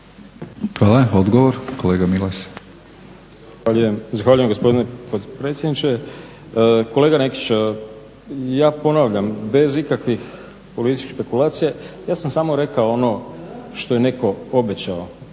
Hvala. Odgovor, kolega Milas.